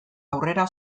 aurrera